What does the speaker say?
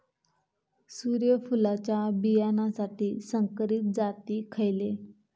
सूर्यफुलाच्या बियानासाठी संकरित जाती खयले?